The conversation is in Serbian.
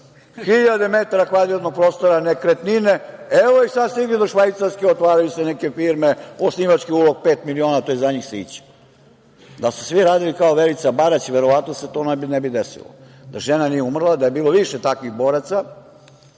metara kvadratnog prostora nekretnine, evo ih sad stigli do Švajcarske, otvaraju se neke firme, osnivački ulog pet miliona, to je za njih sića. Da su svi radili kao Verica Barać, verovatno se to ne bi desilo. Da žena nije umrla, da je bilo više takvih boraca,